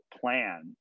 plan